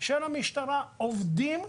ושל המשטרה עובדים.